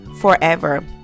forever